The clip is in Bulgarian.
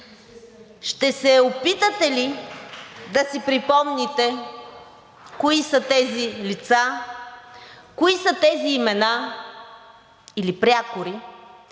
Ще се опитате ли да си припомните кои са тези лица, кои са тези имена или прякори,